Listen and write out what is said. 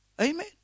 Amen